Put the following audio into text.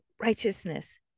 righteousness